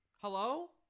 hello